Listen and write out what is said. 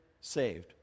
saved